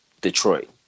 Detroit